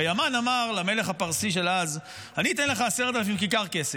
הרי המן אמר למלך הפרסי של אז: אני אתן לך עשרת אלפים כיכר כסף,